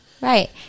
Right